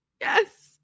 Yes